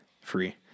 free